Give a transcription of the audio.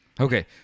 Okay